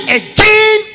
again